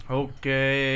okay